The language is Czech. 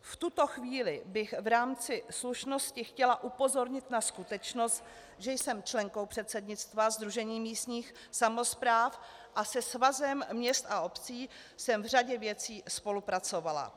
V tuto chvíli bych v rámci slušnosti chtěla upozornit na skutečnost, že jsem členkou předsednictva Sdružení místních samospráv a se Svazem měst a obcí jsem v řadě věcí spolupracovala.